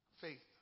Faith